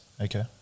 Okay